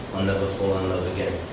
i'll never fall in love again.